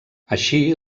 així